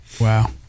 Wow